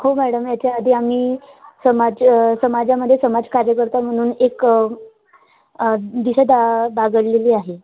हो मॅडम याच्या आधी आम्ही समाज समाजामध्ये समाज कार्यकर्ता म्हणून एक दिशा दा दागडलेली आहे